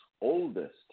oldest